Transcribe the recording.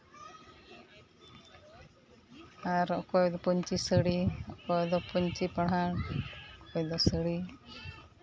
ᱟᱨ ᱚᱠᱚᱭ ᱠᱚᱫᱚ ᱯᱟᱹᱧᱪᱤ ᱥᱟᱹᱲᱤ ᱚᱠᱚᱭ ᱫᱚ ᱯᱟᱹᱧᱪᱤ ᱯᱟᱲᱦᱟᱴ ᱚᱠᱚᱭ ᱫᱚ ᱥᱟᱹᱲᱤ